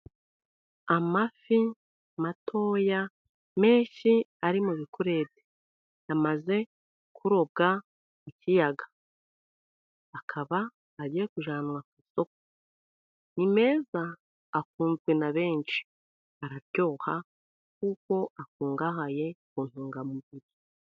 Amafi matoya menshi ari mu bikurete. Yamaze kurobwa mu kiyaga. Akaba agiye kujyanwa ku isoko. Ni meza, akunzwe na benshi, araryoha, kuko akungahaye ku ntungamubiri.